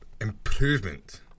improvement